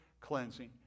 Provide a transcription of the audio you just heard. cleansing